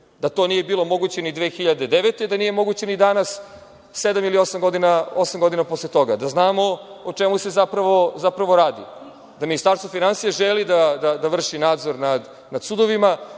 To nije bilo moguće ni 2009, to nije moguće ni danas, sedam ili osam godina posle toga, da znamo o čemu se zapravo radi. Ministarstvo finansija želi da vrši nadzor nad sudovima,